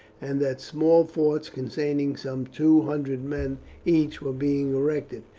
and that small forts containing some two hundred men each were being erected,